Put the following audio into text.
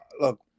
look